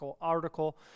article